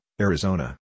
Arizona